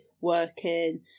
working